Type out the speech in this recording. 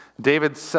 David